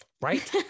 Right